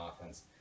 offense